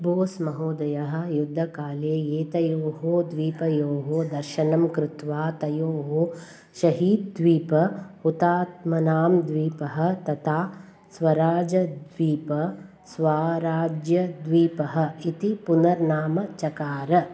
बोस् महोदयः युद्धकाले एतयोः द्वीपयोः दर्शनं कृत्वा तयोः शहीद् द्वीपः हुतात्मनां द्वीपः तथा स्वराजद्वीपः स्वराज्यद्वीपः इति पुनर्नाम चकार